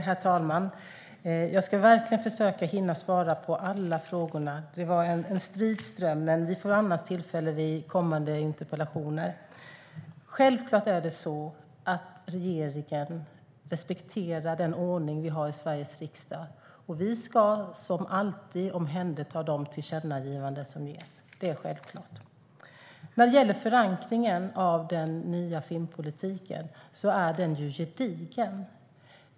Herr talman! Jag ska verkligen försöka hinna svara på alla frågor. Det var en strid ström, men annars får jag tillfälle till det i kommande interpellationsdebatter. Självfallet respekterar regeringen den ordning vi har i Sveriges riksdag. Vi ska, som alltid, omhänderta de tillkännagivanden som görs - det är självklart. När det gäller förankringen av den nya filmpolitiken är den gedigen.